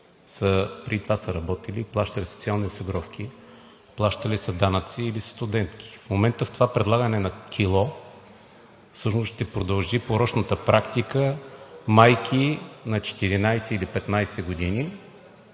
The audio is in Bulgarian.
преди това са работили, плащали са социални осигуровки, плащали са данъци или са студентки. В момента в това предлагане на кило всъщност ще продължи порочната практика майки на 14 или 15 години